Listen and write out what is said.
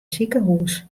sikehûs